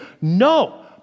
No